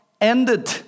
ended